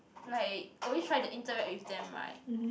like always try to interact with them right